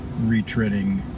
retreading